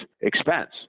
expense